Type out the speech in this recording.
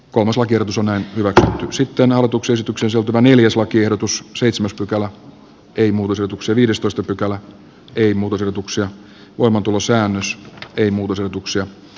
kolmas oikeutus ehdotusta vastaan ja sitten avatuksi esityksen sopivan eli jos lakiehdotus seitsemäs pykälä ei museotuksen viidestoista pykälä ei muutosehdotuksia voimaantulosäännös ei muutu sijoituksia